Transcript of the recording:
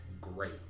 great